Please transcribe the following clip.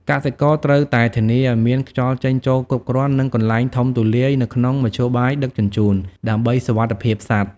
កសិករត្រូវតែធានាឱ្យមានខ្យល់ចេញចូលគ្រប់គ្រាន់ និងកន្លែងធំទូលាយនៅក្នុងមធ្យោបាយដឹកជញ្ជូន ដើម្បីសុវត្ថិភាពសត្វ។